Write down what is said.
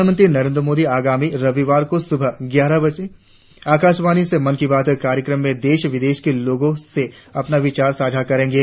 प्रधानमंत्री नरेंद्र मोदी आगामी रविवार को सुबह ग्यारह बजे आकाशवाणि से मन की बात कार्यक्रम में देश विदेश के लोगों से अपने विचार साझा करेंगे